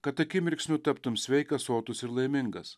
kad akimirksniu taptum sveikas sotus ir laimingas